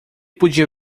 podia